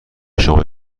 شما